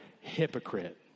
hypocrite